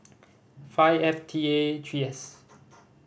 five F T A three S